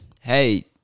hey